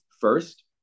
first